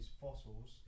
fossils